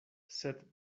sed